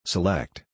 Select